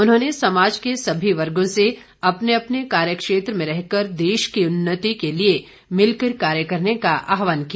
उन्होंने समाज के सभी वर्गों से अपने अपने कार्य क्षेत्र में रहकर देश की उन्नति के लिए मिलकर कार्य करने का आहवान किया